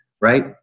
right